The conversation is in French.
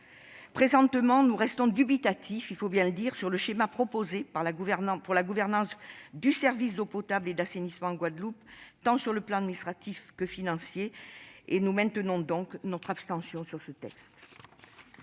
Présentement, nous restons dubitatifs, il faut bien le dire, pour ce qui concerne le schéma proposé pour la gouvernance du service d'eau potable et d'assainissement en Guadeloupe, sur les plans tant administratif que financier. Nous maintenons donc notre position d'abstention sur ce texte.